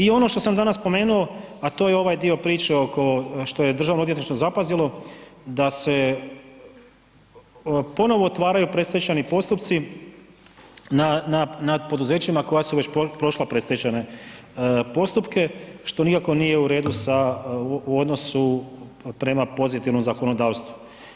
I ono što sam danas spomenuo, a to je ovaj dio priče oko, što je državno odvjetništvo zapazilo da se ponovo otvaraju predstečajni postupci na, na, nad poduzećima koja su već prošla predstečajne postupke, što nikako nije u redu sa, u odnosu prema pozitivnom zakonodavstvu.